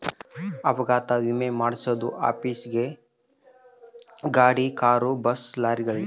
ಅಪಘಾತ ವಿಮೆ ಮಾದ್ಸೊದು ಆಫೀಸ್ ಗೇ ಗಾಡಿ ಕಾರು ಬಸ್ ಲಾರಿಗಳಿಗೆ